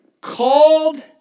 called